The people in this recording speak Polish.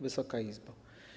Wysoka Izbo!